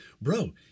bro